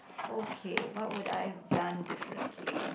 okay what would I have done differently